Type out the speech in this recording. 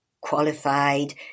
qualified